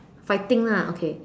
fighting lah okay